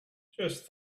just